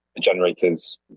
generators